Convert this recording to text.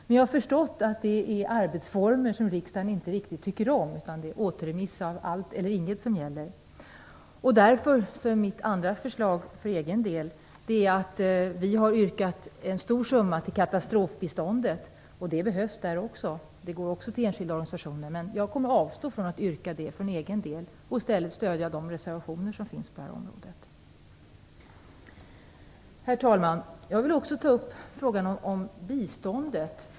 Men jag har förstått att detta är arbetsformer som riksdagen inte tycker om. Vid återremiss är det allt eller inget som gäller. Därför är mitt andra förslag i enlighet med vårt yrkande om att det skall anslås en stor summa till katastrofbiståndet. Pengar behövs även där, och de går också till enskilda organisationer. Men jag kommer att avstå från detta yrkande för egen del och i stället stödja de reservationer som finns på det här området. Herr talman! Jag vill också ta upp frågan om biståndet.